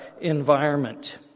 environment